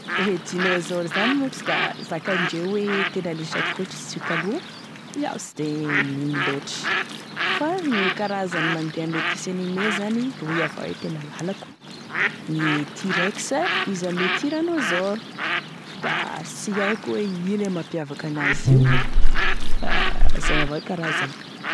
E dinôsore zany moa da e zakaindreo e misy atokotry izy io taloha, iaho sy de mino loatry fa gne karazany mandeha ame dessin animé zany roa avao e karazany lalako, gne tyrex izy ame tiranosaure fa da sy aiko hoe ino moa zany e mampiavaky an'azy io, zay avao e karazany.